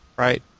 Right